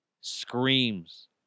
screams